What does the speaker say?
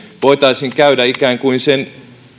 voitaisiin käydä ikään kuin sen